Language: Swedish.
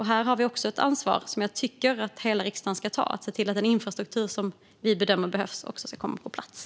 Här har vi också ett ansvar, som jag tycker att hela riksdagen ska ta, att se till att den infrastruktur som vi bedömer behövs också ska komma på plats.